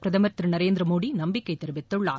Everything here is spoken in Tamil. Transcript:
பிரதமர் திரு நரேந்திர மோடி நம்பிக்கை தெரிவித்துள்ளார்